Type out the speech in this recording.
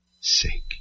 sake